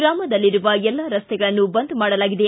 ಗೂಮದಲ್ಲಿರುವ ಎಲ್ಲಾ ರಸ್ತೆಗಳನ್ನು ಬಂದ್ ಮಾಡಲಾಗಿದೆ